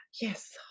yes